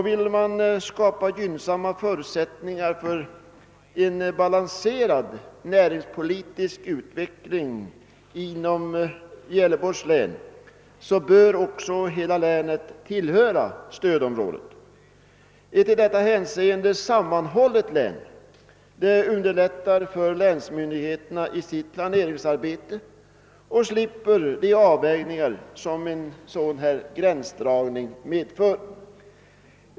Vill man skapa gynnsamma förutsättningar för en balanserad näringspolitisk utveckling i Gävleborgs län bör ocks hela länet tillhöra stödområdet. Ett i detta hänseende sammanhållet län underlättar för länsmyndigheterna att i planeringsarbetet slippa göra de avvägningar som en sådan gränsdragning medför.